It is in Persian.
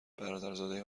برادرزاده